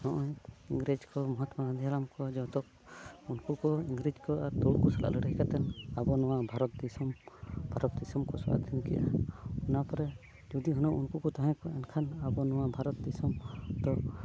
ᱱᱚᱜᱼᱚᱭ ᱤᱝᱨᱮᱡᱽ ᱠᱚ ᱢᱚᱦᱟᱛᱛᱚᱢᱟ ᱜᱟᱱᱫᱷᱤ ᱦᱟᱲᱟᱢ ᱠᱚ ᱡᱚᱛᱚ ᱩᱱᱠᱩ ᱠᱚ ᱤᱝᱨᱮᱡᱽ ᱠᱚ ᱟᱨ ᱛᱩᱲᱩᱠ ᱠᱚ ᱥᱟᱞᱟᱜ ᱞᱟᱲᱹᱦᱟᱹᱭ ᱠᱟᱛᱮᱫ ᱟᱵᱚ ᱱᱚᱣᱟ ᱵᱷᱟᱨᱚᱛ ᱫᱤᱥᱚᱢ ᱵᱷᱟᱨᱚᱛ ᱫᱤᱥᱚᱢ ᱠᱚ ᱥᱟᱹᱫᱷᱤᱱ ᱠᱮᱜᱼᱟ ᱚᱱᱟ ᱯᱚᱨᱮ ᱡᱩᱫᱤ ᱦᱩᱱᱟᱹᱝ ᱩᱱᱠᱩ ᱠᱚ ᱛᱟᱦᱮᱸ ᱠᱚᱜᱼᱟ ᱮᱱᱠᱷᱟᱱ ᱟᱵᱚ ᱱᱚᱣᱟ ᱵᱷᱟᱨᱚᱛ ᱫᱤᱥᱚᱢ ᱫᱚ